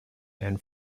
and